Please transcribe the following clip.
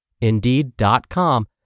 Indeed.com